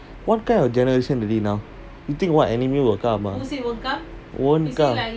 what kind of generation already now you think what enemy will come ah won't come